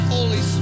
Holy